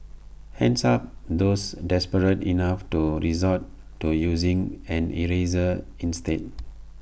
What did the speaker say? hands up those desperate enough to resort to using an eraser instead